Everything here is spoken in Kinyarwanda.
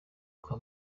kwa